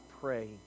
pray